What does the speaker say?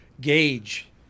gauge